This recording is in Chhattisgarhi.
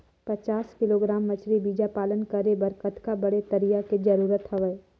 पचास किलोग्राम मछरी बीजा पालन करे बर कतका बड़े तरिया के जरूरत हवय?